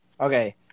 okay